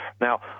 Now